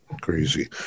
Crazy